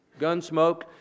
Gunsmoke